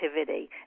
activity